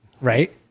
Right